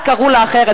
אז קראו לה אחרת,